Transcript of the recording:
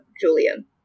Julian